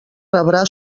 rebrà